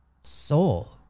soul